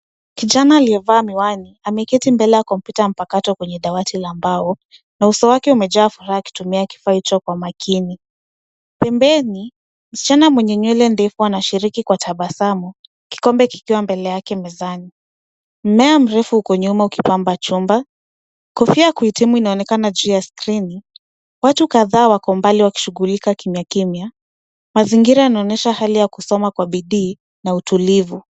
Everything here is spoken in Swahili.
Kijana aliyevaa miwani ameketi mbele ya kompyuta mpakato kwenye dawati la mbao na uso wake umejaa furaha akitumia kifaa hicho kwa makini ,pembeni msichana mwenye nywele ndefu anashiriki kwa tabasamu kikombe kikiwa mbele yake mezani ,mimea mrefu huko nyuma ukipamba chumba ,kofia ya kuitimu inaonekana juu ya skrini watu kadhaa wako mbali wakishughulika kimya kimya mazingira yanaonyesha hali ya kusoma kwa bidii na utulivu.